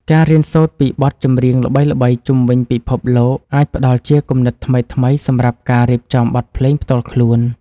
ការរៀនសូត្រពីបទចម្រៀងល្បីៗជុំវិញពិភពលោកអាចផ្ដល់ជាគំនិតថ្មីៗសម្រាប់ការរៀបចំបទភ្លេងផ្ទាល់ខ្លួន។